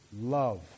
love